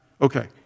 Okay